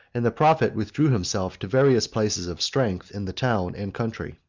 and the prophet withdrew himself to various places of strength in the town and country.